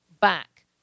back